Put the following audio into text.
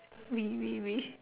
we we we